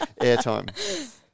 airtime